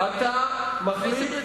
עכשיו תמשיך את הדיון.